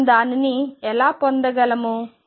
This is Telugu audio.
మనం దానిని ఎలా పొందగలము